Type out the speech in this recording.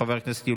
חברי הכנסת,